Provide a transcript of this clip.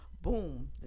boom